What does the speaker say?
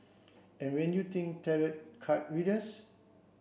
and when you think tarot card readers